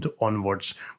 onwards